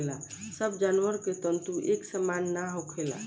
सब जानवर के तंतु एक सामान ना होखेला